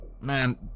Man